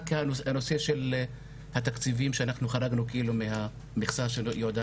רק הנושא של התקציבים שאנחנו חרגנו מהמכסה שיועדה